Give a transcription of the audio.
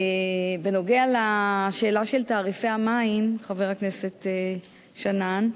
בנוגע לשאלה של תעריפי המים, חבר הכנסת שנאן,